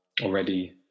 already